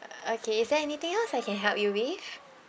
okay is there anything else I can help you with